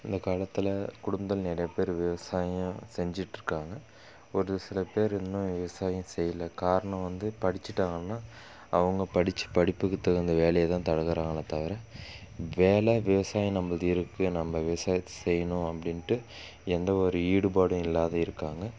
இந்தக்காலத்தில் குடும்பத்தில் நிறைய பேர் விவசாயம் செஞ்சிகிட்ருக்காங்க ஒருசில பேர் இன்னும் விவசாயம் செய்யல காரணம் வந்து படிச்சுட்டு அவங்க அவங்க படித்த படிப்புக்கு தகுந்த வேலையை தான் பழகுறாங்களே தவிர வேலை விவசாயம் நம்மளுது இருக்கு நம்ம விவசாயத்தை செய்யணும் அப்படின்ட்டு எந்த ஒரு ஈடுபாடும் இல்லாம இருக்காங்க